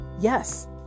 yes